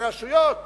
ברשויות